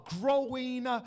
growing